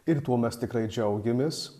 ir tuo mes tikrai džiaugiamės